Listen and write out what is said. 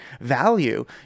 value